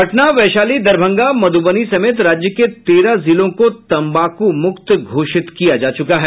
पटना वैशाली दरभंगा मधुबनी समेत राज्य के तेरह जिलों को तंबाकुमुक्त घोषित किया जा चुका है